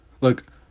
Look